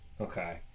okay